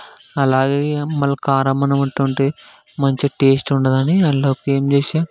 అలాగే మళ్ళీ కారం అన్నం అంటుంటే మంచిగా టేస్ట్ ఉండదని అందులోకి ఏం చేసాను